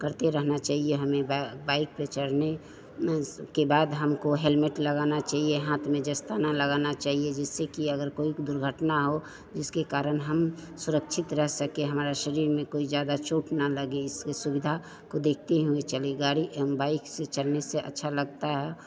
करते रहना चाहिए हमें ब बाइक़ पर चढ़ने स के बाद हमको हेलमेट लगाना चाहिए हाथ में दस्ताना लगाना चाहिए जिससे कि अगर कोई दुर्घटना हो जिसके कारण हम सुरक्षित रह सकें हमारे शरीर में कोई ज़्यादा चोट ना लगे इससे सुविधा को देखते हुए चलें गाड़ी बाइक़ से चलने से अच्छा लगता है